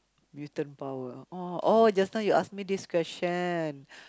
mutant power oh oh just now you ask me this question